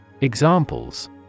Examples